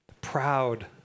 Proud